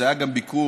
זה היה גם ביקור,